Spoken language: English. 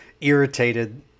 irritated –